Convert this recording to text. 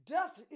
Death